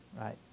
right